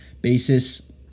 basis